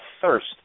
thirst